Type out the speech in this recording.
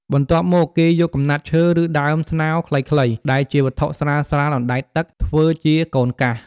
បន្ទាប់មកគេយកកំណាត់ឈើ ឬដើមស្នោរខ្លីៗ ដែលជាវត្ថុស្រាលៗអណ្ដែតទឹក ធ្វើជា "កូនកាស"។